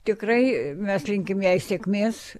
tikrai mes linkim jai sėkmės